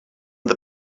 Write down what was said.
the